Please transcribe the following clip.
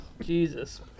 Jesus